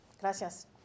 Gracias